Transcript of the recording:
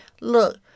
Look